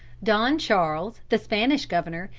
don charles, the spanish governor,